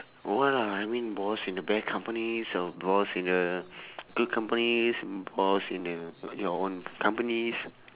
what ah I mean boss in the bad companies or boss in the uh good companies boss in the your own companies